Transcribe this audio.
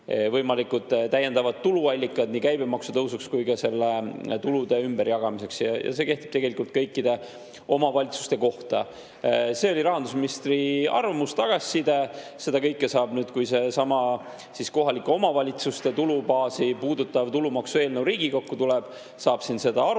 võimalikud täiendavad tuluallikad nii käibemaksu tõusuks kui ka tulude ümberjagamiseks. See kehtib tegelikult kõikide omavalitsuste kohta. Selline oli rahandusministri arvamus, tagasiside. Seda kõike saab nüüd, kui seesama kohalike omavalitsuste tulubaasi puudutav tulumaksueelnõu Riigikokku tuleb, arutada ja saab